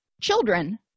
children